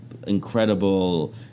incredible